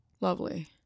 Lovely